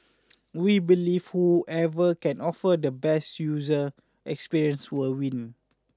we believe whoever can offer the best user experience will win